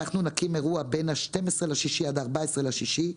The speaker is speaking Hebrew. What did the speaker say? בין ה-12 ליוני עד ה-14 ביוני,